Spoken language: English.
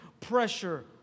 pressure